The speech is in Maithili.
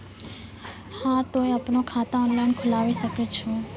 हाँ तोय आपनो खाता ऑनलाइन खोलावे सकै छौ?